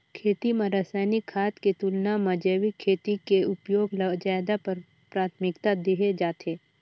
खेती म रसायनिक खाद के तुलना म जैविक खेती के उपयोग ल ज्यादा प्राथमिकता देहे जाथे